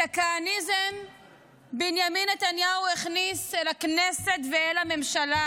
את הכהניזם בנימין נתניהו הכניס לכנסת ואל הממשלה,